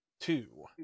two